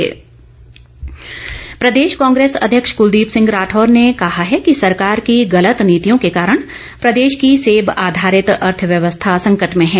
कुलदीप राठौर प्रदेश कांग्रेस अध्यक्ष कुलदीप सिंह राठौर ने कहा है कि सरकार की गलत नीतियों के कारण प्रदेश की सेब आधारित अर्थव्यवस्था संकट में हैं